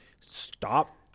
stop